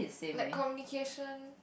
like communication